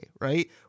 right